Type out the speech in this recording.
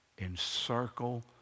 Encircle